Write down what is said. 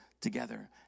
together